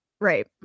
Right